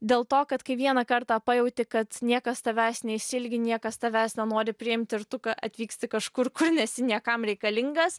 dėl to kad kai vieną kartą pajauti kad niekas tavęs nesiilgi niekas tavęs nenori priimti ir tu atvyksti kažkur kur nesi niekam reikalingas